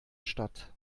statt